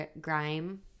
grime